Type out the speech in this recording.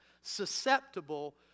susceptible